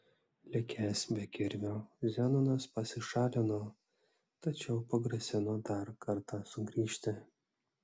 likęs be kirvio zenonas pasišalino tačiau pagrasino dar kartą sugrįžti